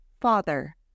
Father